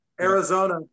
arizona